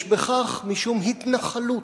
יש בכך משום התנחלות,